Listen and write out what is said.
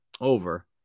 over